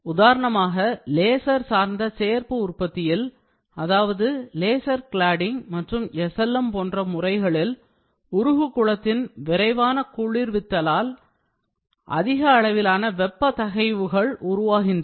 உதாரணமாக லேசர் சார்ந்த சேர்ப்பு உற்பத்தியில் அதாவது லேசர் கிளாடிங் மற்றும் SLM போன்ற முறைகளில் உருகுகுளத்தின் விரைவான குளிர்வித்தலால் அதிக அளவிலான வெப்ப தகைவுகள் உருவாகின்றன